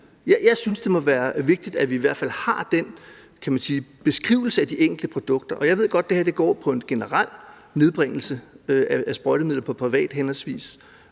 Jeg synes, det må være vigtigt, at vi i hvert fald har den beskrivelse af de enkelte produkter. Jeg ved godt, at det her går på en generel nedbringelse af sprøjtemidler på private henholdsvis